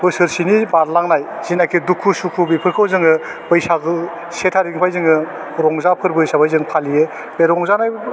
बोसोरसेनि बारलांनाय जिनाखि दुखु सुखु बेफोरखौ जोङो बैसागु से थारिकनिफाइ जोङो रंजा फोरबो हिसाबै जों फालियो बे रंजानाय